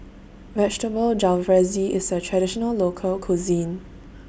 Vegetable Jalfrezi IS A Traditional Local Cuisine